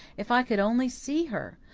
if i could only see her!